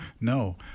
No